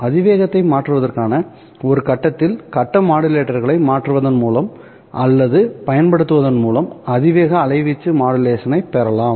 அதிவேகத்தை மாற்றுவதற்கான ஒரு கட்டத்தில் கட்ட மாடுலேட்டர்களை மாற்றுவதன் மூலம் அல்லது பயன்படுத்துவதன் மூலம் அதிவேக அலைவீச்சு மாடுலேஷன் ஐ பெறலாம்